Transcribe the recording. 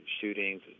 shootings